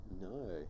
no